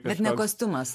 bet ne kostiumas